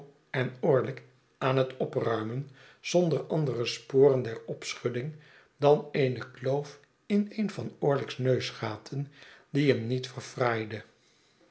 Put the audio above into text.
en orlick aan het opruimen zonder andere sporen der opschudding dan eene kloof in een van orlick's neusgaten die hem niet